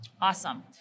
Awesome